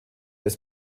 ist